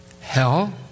hell